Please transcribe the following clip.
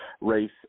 race